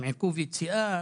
עם עיכוב יציאה,